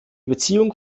beziehung